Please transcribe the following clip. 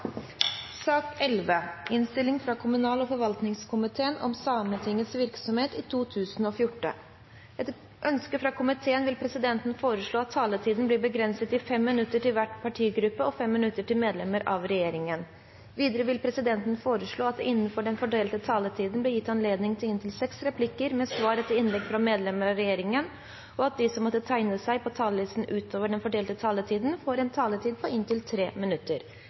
sak nr. 5. Etter ønske fra justiskomiteen vil presidenten foreslå at taletiden blir begrenset til 5 minutter til hver partigruppe og 5 minutter til medlemmer av regjeringen. Videre vil presidenten foreslå at det blir gitt anledning til inntil seks replikker med svar etter innlegg fra medlemmer av regjeringen innenfor den fordelte taletid, og at de som måtte tegne seg på talerlisten utover den fordelte taletid, får en taletid på inntil 3 minutter.